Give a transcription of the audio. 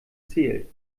zählt